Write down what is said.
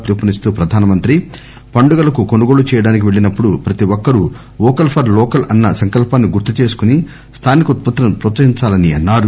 పిలుపునిస్తూ ప్రధాని పండుగలకు కొనుగోళ్లు చేయడానికి వెళ్ళినపుడు ప్రతి ఒక్కరూ వోకల్ ఫర్ లోకల్ అన్న సంకల్పాన్ని గుర్తు చేసుకుని స్థానిక ఉత్పత్తులను ప్రోత్సహించాలన్నారు